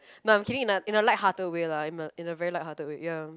no I'm kidding in a in a light hearted way lah in a in a very light hearted way ya